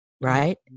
right